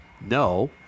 No